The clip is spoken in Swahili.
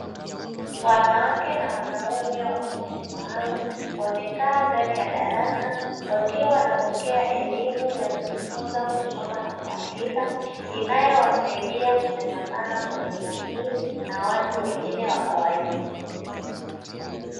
Wanawake na wanaume wa makundi maalumu, wamekaa ndani ya darasa wakiwa wanapokea elimu ya kujifunza kusoma na kuandika inayowasaidia kuchangamana kwenye jamii na watu wengine wa kawaida